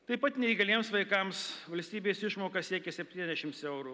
taip pat neįgaliems vaikams valstybės išmoka siekia septynasdešims eurų